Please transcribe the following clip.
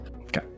Okay